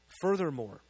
Furthermore